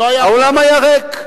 האולם היה ריק.